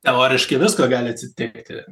teoriškai visko gali atsitikti